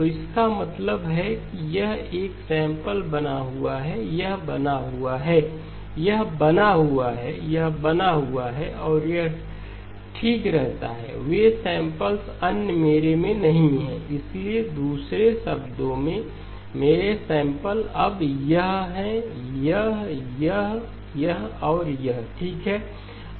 तो इसका मतलब है कि यह सैंपल बना हुआ है यह बना हुआ है यह बना हुआ है यह बना हुआ है और यह ठीक रहता है वे सैंपल्स अन्य मेरे में नहीं हैं इसलिए दूसरे शब्दों में मेरे सैंपल अब यह हैं यह यह यह और यह ठीक है